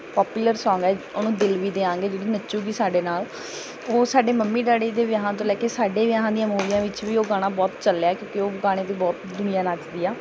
popular song ਆ ਉਹ ਨੂੰ ਦਿਲ ਵੀ ਦਿਆਂਗੇ ਜਿਹੜੀ ਨੱਚੂਗੀ ਸਾਡੇ ਨਾਲ ਉਹ ਸਾਡੇ ਮੰਮੀ ਡੈਡੀ ਦੇ ਵਿਆਹਾਂ ਤੋਂ ਲੈ ਕੇ ਸਾਡੇ ਵਿਆਹਾਂ ਦੀਆਂ ਮੂਵੀਆਂ ਵਿੱਚ ਵੀ ਉਹ ਗਾਣਾ ਬਹੁਤ ਚੱਲਿਆ ਕਿਉਂਕਿ ਉਹ ਗਾਣੇ ਦੀ ਬਹੁਤ ਦੁਨੀਆਂ ਨੱਚਦੀ ਆ